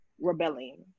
rebelling